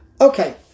Okay